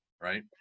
Right